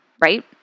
right